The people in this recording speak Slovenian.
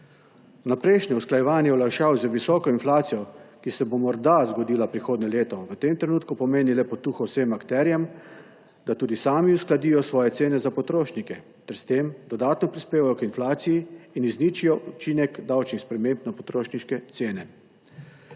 Vnaprejšnje usklajevanje olajšav z visoko inflacijo, ki se bo morda zgodila prihodnje leto, v tem trenutku pomeni le potuho vsem akterjem, da tudi sami uskladijo svoje cene za potrošnike ter s tem dodatno prispevajo k inflaciji in izničijo učinek davčnih sprememb na potrošniške cene.